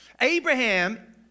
Abraham